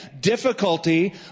difficulty